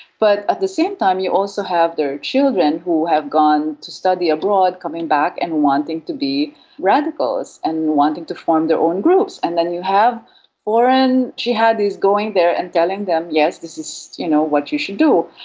but at the same time you also have their children who have gone to study abroad coming back and wanting to be radicals and wanting to form their own groups. and then you have foreign jihadis going there and telling them, yes, this is you know what you should do.